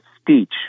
speech